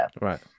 right